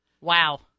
Wow